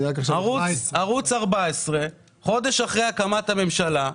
ערוץ 14. חודש אחרי הקמת הממשלה,